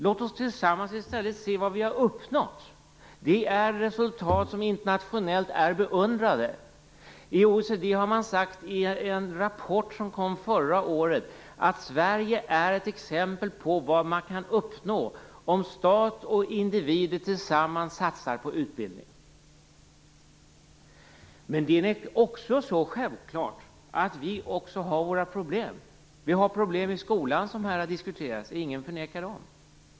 Låt oss tillsammans i stället se vad vi har uppnått. Det är resultat som internationellt är beundrade. OECD har i en rapport som kom förra året sagt att Sverige är ett exempel på vad man kan uppnå om stat och individer tillsammans satsar på utbildning. Men det är självklart också på det sättet att vi har våra problem. Vi har problem i skolan, som här har diskuterats. Ingen förnekar dem.